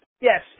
Yes